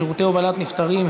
שירותי הובלת נפטרים),